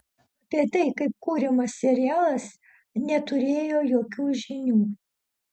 apie tai kaip kuriamas serialas neturėjo jokių žinių